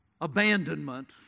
abandonment